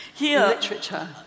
literature